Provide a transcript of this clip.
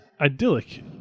idyllic